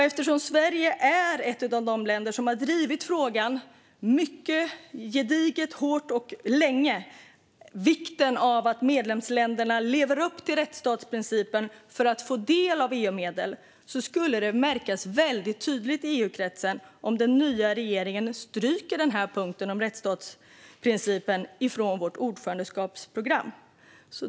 Eftersom Sverige är ett av de länder som mycket gediget, hårt och länge har drivit frågan om vikten av att medlemsstaterna lever upp till rättsstatsprincipen för att få del av EU-medel skulle det märkas väldigt tydligt i EU-kretsen om den nya regeringen stryker punkten om rättsstatsprincipen från vårt ordförandeskapsprogram.